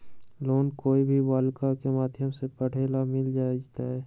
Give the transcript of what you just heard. Loan कोई भी बालिका के माध्यम से पढे ला मिल जायत?